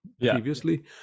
previously